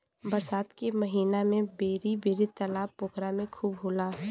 बरसात के महिना में बेरा बेरी तालाब पोखरा में खूब होला